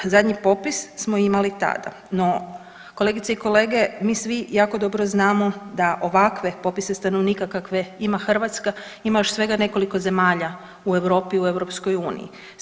Zadnji popis smo imali tada, no kolegice i kolege mi svi jako dobro znamo da ovakve popise stanovnika kakve ima Hrvatska ima još svega nekoliko zemalja u Europi, u Europskoj uniji.